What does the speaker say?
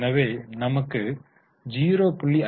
எனவே நமக்கு 0